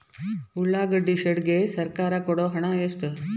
ಉಳ್ಳಾಗಡ್ಡಿ ಶೆಡ್ ಗೆ ಸರ್ಕಾರ ಕೊಡು ಹಣ ಎಷ್ಟು?